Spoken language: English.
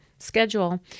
schedule